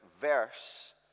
verse